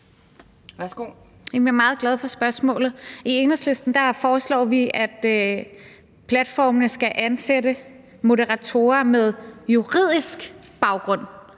Jeg er meget glad for spørgsmålet. I Enhedslisten foreslår vi, at platformene skal ansætte moderatorer med juridisk baggrund,